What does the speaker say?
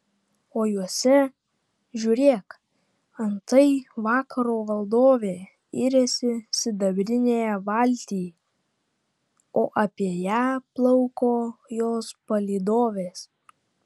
o juose žiūrėk antai vakaro valdovė iriasi sidabrinėje valtyj o apie ją plauko jos palydovės